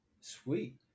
Sweet